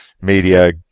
media